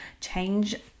change